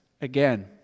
again